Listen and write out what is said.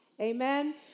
Amen